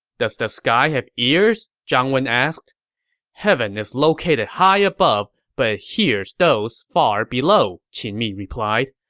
does the sky have ears? zhang wen asked heaven is located high above, but it hears those far below, qin mi replied.